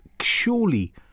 Surely